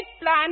plan